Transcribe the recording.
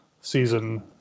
season